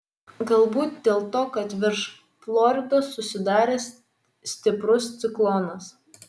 galbūt dėl to kad virš floridos susidaręs stiprus ciklonas